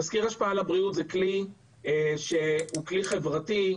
תסקיר השפעה על הבריאות זה כלי שהוא כלי חברתי,